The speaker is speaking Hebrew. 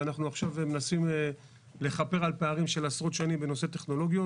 ואנחנו מנסים עכשיו לכפר על פערים של עשרות שנים בנושא טכנולוגיות.